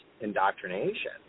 indoctrination